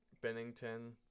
Bennington